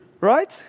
Right